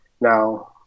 Now